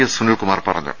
S Sunilkumar പറഞ്ഞു